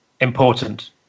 important